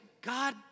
God